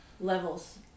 Levels